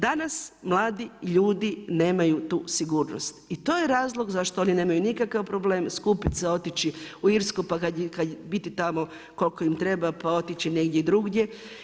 Danas mladi ljudi nemaju tu sigurnost i to je razlog zašto oni nemaju nikakav problem, skupit se otići u Irsku, biti tamo koliko im treba pa otići negdje drugdje.